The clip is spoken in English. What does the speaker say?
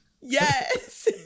yes